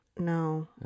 No